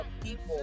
people